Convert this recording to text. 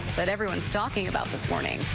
that everyone is talking about this morning.